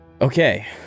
Okay